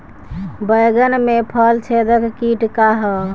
बैंगन में फल छेदक किट का ह?